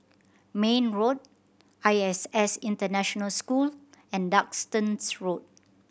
Mayne Road I S S International School and Duxton Road